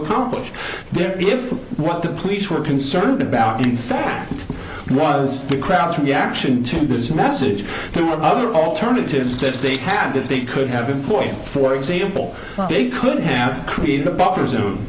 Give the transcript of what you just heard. accomplish there if what the police were concerned about in fact was the crowd's reaction to this message there were other alternatives that they have that they could have employed for example they could have created a buffer zone